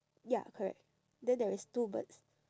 ya correct then there is two birds